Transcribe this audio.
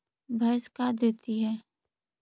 भैंस का देती है?